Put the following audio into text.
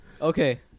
Okay